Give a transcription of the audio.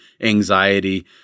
anxiety